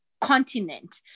continent